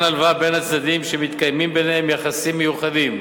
הלוואה בין הצדדים שמתקיימים ביניהם יחסים מיוחדים.